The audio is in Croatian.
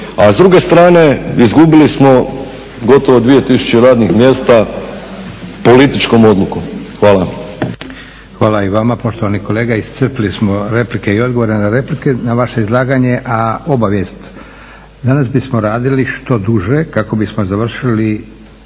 A s druge strane, izgubili smo gotovo 2000 radnih mjesta političkom odlukom. Hvala. **Leko, Josip (SDP)** Hvala i vama poštovani kolega. Iscrpili smo replike i odgovore na replike na vaše izlaganje. Obavijest. Danas bismo radili što duže kako bismo završili